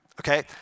Okay